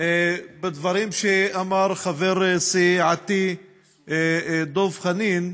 בדברים שאמר חבר סיעתי דב חנין.